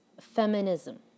feminism